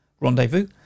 Rendezvous